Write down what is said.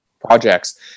projects